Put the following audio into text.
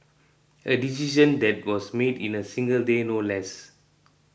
a decision that was made in a single day no less